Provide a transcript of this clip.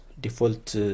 default